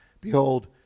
behold